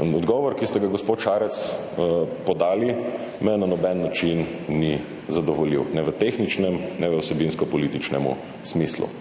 In odgovor, ki ste ga, gospod Šarec, podali, me na noben način ni zadovoljil, ne v tehničnem ne v vsebinsko političnem smislu,